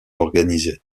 organisé